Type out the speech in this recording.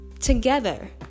Together